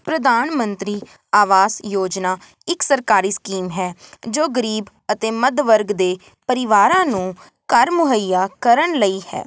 ਪ੍ਰਧਾਨ ਮੰਤਰੀ ਆਵਾਸ ਯੋਜਨਾ ਇੱਕ ਸਰਕਾਰੀ ਸਕੀਮ ਹੈ ਜੋ ਗਰੀਬ ਅਤੇ ਮੱਧ ਵਰਗ ਦੇ ਪਰਿਵਾਰਾਂ ਨੂੰ ਘਰ ਮੁਹੱਈਆ ਕਰਨ ਲਈ ਹੈ